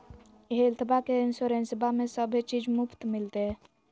हेल्थबा के इंसोरेंसबा में सभे चीज मुफ्त मिलते?